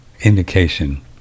indication